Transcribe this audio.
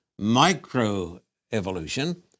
microevolution